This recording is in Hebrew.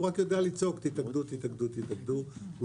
הוא רק יודע לצעוק: תתאגדו, תתאגדו, תתאגדו.